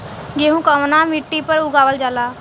गेहूं कवना मिट्टी पर उगावल जाला?